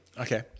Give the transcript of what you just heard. Okay